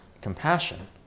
Compassion